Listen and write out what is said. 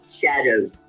Shadows